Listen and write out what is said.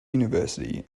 university